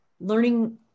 learning